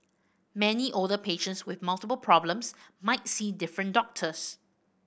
many older patients with multiple problems might see different doctors